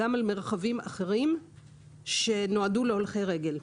גם על מרחבים אחרים שנועדו להולכי רגל.